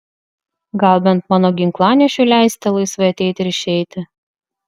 gal bent mano ginklanešiui leisite laisvai ateiti ir išeiti